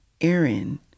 aaron